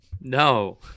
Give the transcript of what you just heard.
No